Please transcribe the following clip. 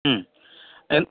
മ് എ